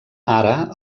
ara